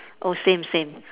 oh same same